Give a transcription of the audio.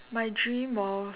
my dream of